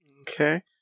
Okay